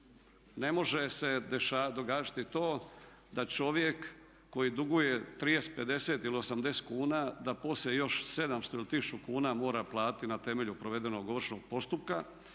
Ne može se događati to da čovjek koji duguje 30, 50 ili 80 kuna da poslije još 700 ili 1000 kuna mora platiti na temelju provedenog ovršnog postupka